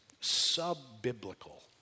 sub-biblical